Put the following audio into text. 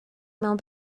mewn